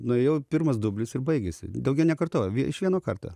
nuėjau pirmas dublis ir baigėsi daugiau nekartojau vie iš vieno karto